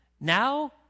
Now